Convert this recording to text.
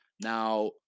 Now